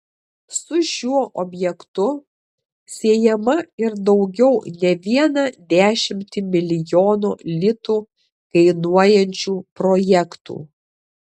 su šiuo objektu siejama ir daugiau ne vieną dešimtį milijonų litų kainuojančių projektų